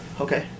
Okay